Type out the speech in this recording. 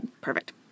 perfect